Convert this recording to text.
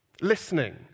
listening